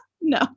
No